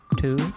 two